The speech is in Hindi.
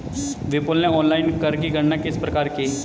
विपुल ने ऑनलाइन कर की गणना किस प्रकार की?